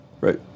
Right